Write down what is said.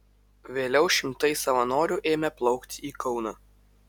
vėliau šimtai savanorių ėmė plaukti į kauną